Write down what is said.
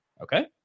Okay